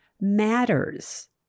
Matters